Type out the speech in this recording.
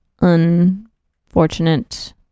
unfortunate